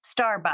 Starbucks